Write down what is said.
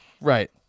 Right